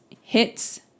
hits